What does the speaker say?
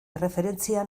erreferentzia